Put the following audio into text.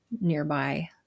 nearby